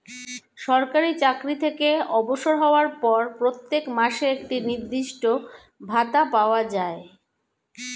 সরকারি চাকরি থেকে অবসর হওয়ার পর প্রত্যেক মাসে একটি নির্দিষ্ট ভাতা পাওয়া যায়